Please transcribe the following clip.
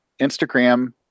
Instagram